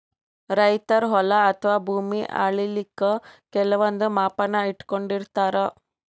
ರೈತರ್ ಹೊಲ ಅಥವಾ ಭೂಮಿ ಅಳಿಲಿಕ್ಕ್ ಕೆಲವಂದ್ ಮಾಪನ ಇಟ್ಕೊಂಡಿರತಾರ್